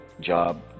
job